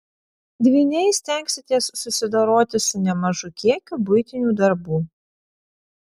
dvyniai stengsitės susidoroti su nemažu kiekiu buitinių darbų